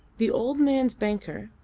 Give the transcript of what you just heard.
the old man's banker,